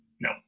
No